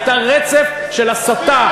הייתה רצף של הסתה,